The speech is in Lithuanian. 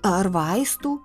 ar vaistų